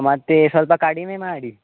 ಮತ್ತು ಸ್ವಲ್ಪ ಕಡಿಮೆ ಮಾಡಿ